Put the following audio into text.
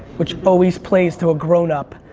which always plays to a grown-up,